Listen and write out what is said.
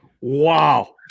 Wow